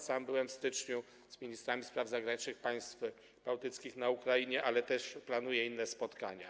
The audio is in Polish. Sam byłem w styczniu z ministrami spraw zagranicznych państw bałtyckich na Ukrainie, ale planuję też inne spotkania.